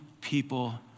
people